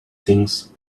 things